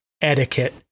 etiquette